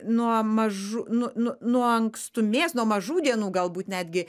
nuo mažų nu nu nuo ankstumės nuo mažų dienų galbūt netgi